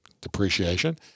depreciation